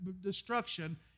destruction